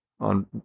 on